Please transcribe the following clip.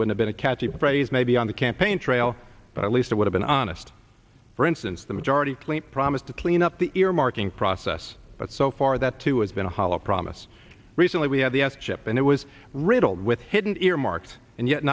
would have been a catchy phrase maybe on the campaign trail but at least it would have an honest for instance the majority clean promise to clean up the earmarking process but so far that too has been a hollow promise recently we had the s chip and it was riddled with hidden earmarks and yet